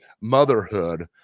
motherhood